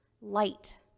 light